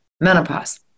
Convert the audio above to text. menopause